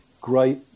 great